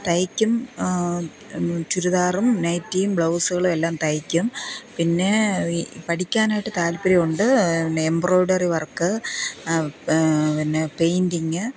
തയ്ക്കും ചുരിദാറും നൈറ്റിയും ബ്ലൗസുകളും എല്ലാം തയ്ക്കും പിന്നെ ഈ പഠിക്കാനായിട്ട് താല്പ്പര്യവും ഉണ്ട് പിന്നെ എംബ്രോയ്ഡറി വര്ക്ക് പിന്നെ പെയിന്റിങ്ങ്